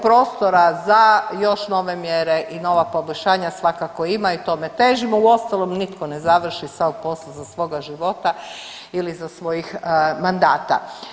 Prostora za još nove mjere i nova poboljšanja svakako ima i tome težimo, uostalom, nitko ne završi sav posao za svoga života ili za svojim mandata.